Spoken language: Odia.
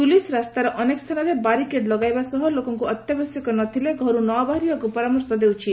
ପୁଲିସ୍ ରାସ୍ତାର ଅନେକ ସ୍କାନରେ ବାରିକେଡ୍ ଲଗାଇବା ସହ ଲୋକଙ୍କୁ ଅତ୍ୟାବଶ୍ୟକ ନ ଥିଲେ ଘରୁ ନ ବାହାରିବାକୁ ପରାମର୍ଶ ଦେଉଛି